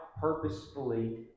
purposefully